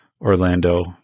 Orlando